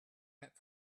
went